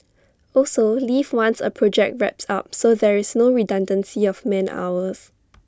also leave once A project wraps up so there is no redundancy of man hours